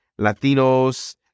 Latinos